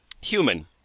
Human